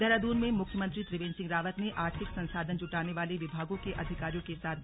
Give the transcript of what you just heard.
देहरादून में मुख्यमंत्री त्रिवेंद्र सिंह रावत ने आर्थिक संसाधन जुटाने वाले विभागों के अधिकारियों के साथ बैठक की